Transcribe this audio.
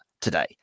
today